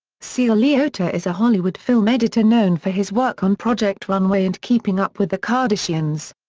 sele leota is a hollywood film editor known for his work on project runway and keeping up with the kardashians.